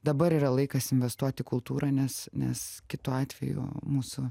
dabar yra laikas investuot į kultūrą nes nes kitu atveju mūsų